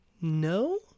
No